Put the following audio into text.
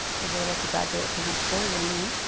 was able to graduate from high school. yay, me.